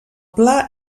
pla